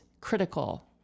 critical